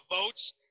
votes